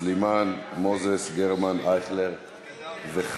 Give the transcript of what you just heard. סלימאן, מוזס, גרמן, אייכלר וחזן.